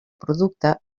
producte